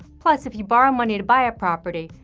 plus, if you borrow money to buy a property,